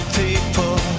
people